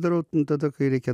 darau tada kai reikia